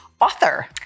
author